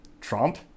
Trump